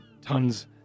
tons